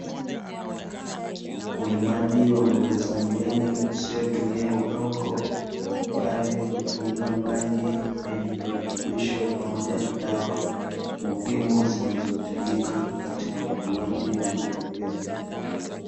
Ulimaji wa mboga za majani usiotumia udongo, bali hutumia maji yenye virutubisho pamoja na dawa muhimu zinazohitajika katika ukuaji wa mboga hizo.